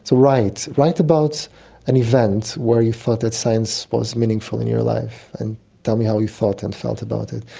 to write write about an event where you thought that science was meaningful in your life and tell me how you thought and felt about it.